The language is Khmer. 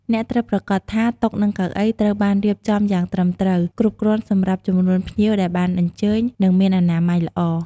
អ្នកត្រូវប្រាកដថា តុ និងកៅអី ត្រូវបានរៀបចំយ៉ាងត្រឹមត្រូវ គ្រប់គ្រាន់សម្រាប់ចំនួនភ្ញៀវដែលបានអញ្ជើញ និងមានអនាម័យល្អ។